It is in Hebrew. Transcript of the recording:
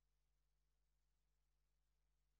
אז אני קובע שהצעת החוק עוברת להמשך דיון בוועדה המסדרת.